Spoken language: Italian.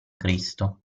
cristo